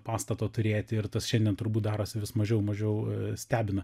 pastato turėti ir tas šiandien turbūt darosi vis mažiau mažiau stebina